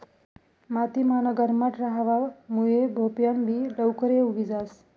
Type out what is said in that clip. माती मान गरमाट रहावा मुये भोपयान बि लवकरे उगी जास